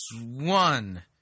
one